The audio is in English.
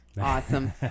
Awesome